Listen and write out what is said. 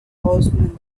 horseman